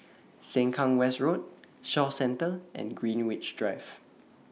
Sengkang West Road Shaw Centre and Greenwich Drive